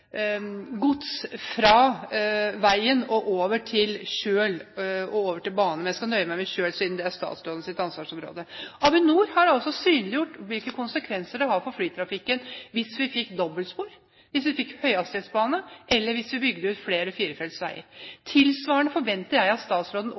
gods fra vei og over til kjøl og bane – jeg skal nøye meg med kjøl, siden det er statsrådens ansvarsområde. Avinor har synliggjort hvilke konsekvenser det ville ha for flytrafikken hvis vi fikk dobbeltspor, hvis vi fikk høyhastighetsbane, eller hvis vi fikk bygget ut flere